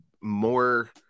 more